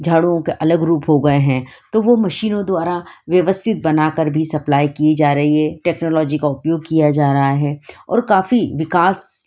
झाड़ुओं के अलग रूप हो गए हैं तो वह मशीनों द्वारा व्यवस्थित बनाकर भी सप्लाई की जा रही है टेक्नोलॉजी का उपयोग किया जा रहा है और काफ़ी विकास